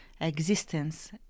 existence